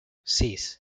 sis